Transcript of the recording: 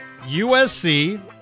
USC